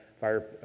fire